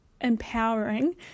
empowering